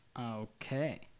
Okay